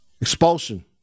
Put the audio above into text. Expulsion